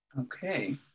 Okay